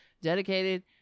dedicated